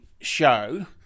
show